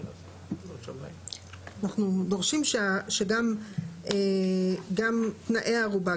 אנחנו דורשים שגם תנאי הערובה,